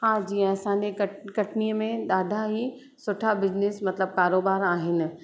हा जीअं असांजे कट कटनीअ में ॾाढा ही सुठा बिजनेस मतिलबु कारोबार आहिनि